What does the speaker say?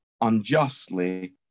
unjustly